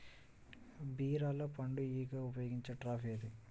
బీరలో పండు ఈగకు ఉపయోగించే ట్రాప్ ఏది?